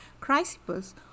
Chrysippus